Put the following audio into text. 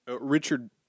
Richard